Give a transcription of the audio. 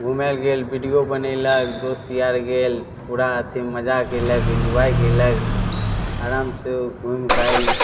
घुमैले गेल वीडिओ बनेलक दोस्त यार गेल पूरा अथी मजा कएलक एन्जॉइ कएलक आरामसे घुमिके आएल